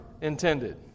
intended